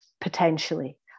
potentially